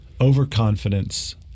Overconfidence